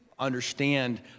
understand